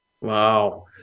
wow